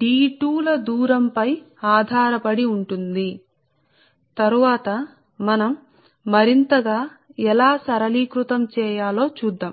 D2 లపై ఆధారపడి ఉంటుంది తరువాత మనం మరింత గా ఎలా సరళీకృతం చేస్తామో చూద్దాం